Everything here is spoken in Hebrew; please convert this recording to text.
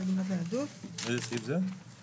עדיין אתם לא נותנים לנכים את כל מה שהם זקוקים